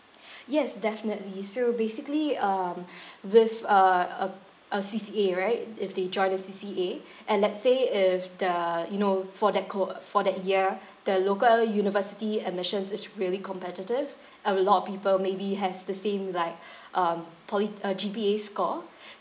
yes definitely so basically um with uh uh a C_C_A right if they join a C_C_A and let's say if the you know for that co~ for that year the local university admissions is really competitive uh a lot of people maybe has the same like um poly uh G_P_A score